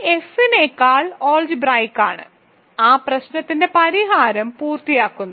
K F നെക്കാൾ algebraic ആണ് ആ പ്രശ്നത്തിന്റെ പരിഹാരം പൂർത്തിയാക്കുന്നു